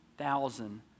thousand